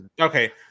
okay